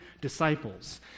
disciples